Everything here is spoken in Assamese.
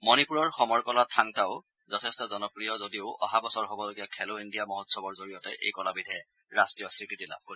মণিপুৰৰ সমৰ কলা থাংটাও যথেষ্ট জনপ্ৰিয় যদিও অহা বছৰ অনুষ্ঠিত হ'বলগীয়া খেলো ইণ্ডিয়া মহোৎসৱৰ জৰিয়তে এই কলাবিধে ৰাষ্ট্ৰীয় স্বীকৃতি লাভ কৰিব